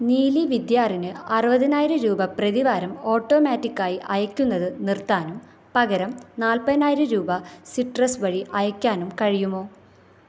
നീലി വിദ്യാറിന് അറുപതിനായിരം രൂപ പ്രതിവാരം ഓട്ടോമാറ്റിക്കായി അയക്കുന്നത് നിർത്താനും പകരം നാല്പതിനായിരം രൂപ സിട്രസ് വഴി അയക്കാനും കഴിയുമോ